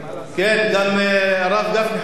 כן, גם הרב גפני חרדי.